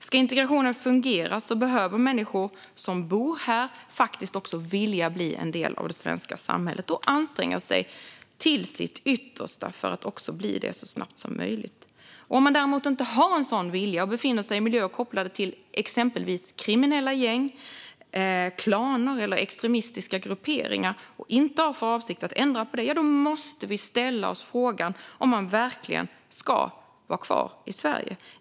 Om integrationen ska fungera behöver människor som bor här faktiskt också vilja bli en del av det svenska samhället och anstränga sig till det yttersta för att också bli det så snabbt som möjligt. Om man däremot inte har en sådan vilja och befinner sig i miljöer kopplade till exempelvis kriminella gäng, klaner eller extremistiska grupperingar och inte har för avsikt att ändra på det, då måste vi ställa oss frågan om man verkligen ska vara kvar i Sverige.